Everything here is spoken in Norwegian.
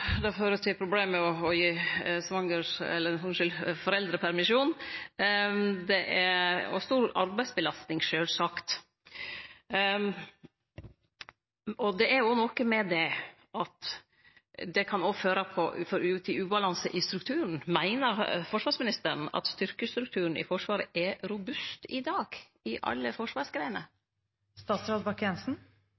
det fører til problem med å gi foreldrepermisjon, og det er ei stor arbeidsbelastning, sjølvsagt. Det er noko med det at det òg kan føre til ubalanse i strukturen. Meiner forsvarsministeren at styrkestrukturen i Forsvaret er robust i dag i alle forsvarsgreiner?